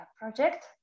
project